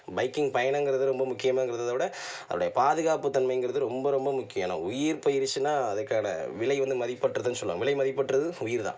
biking பயணம்ங்கிறது ரொம்ப முக்கியம்ங்கிறதை விட அதுனுடைய பாதுகாப்புத் தன்மைங்கிறது ரொம்ப ரொம்ப முக்கியம் ஏன்னால் உயிர் போயிருச்சுன்னா அதுக்கான விலை வந்து மதிப்பற்றதுன்னு சொல்லுவாங்க விலை மதிப்பற்றது உயிர் தான்